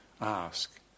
ask